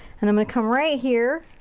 and i'm gonna come right here.